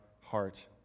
heart